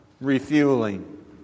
refueling